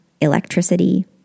electricity